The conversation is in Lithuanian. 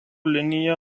linija